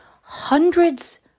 hundreds